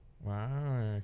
Wow